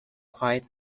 quite